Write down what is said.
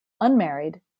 unmarried